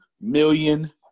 million